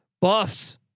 Buffs